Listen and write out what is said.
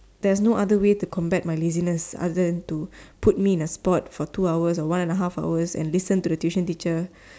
there's no other way to combat my laziness other than to put me in a spot for two hours or one and a half hours and listen to the tuition teacher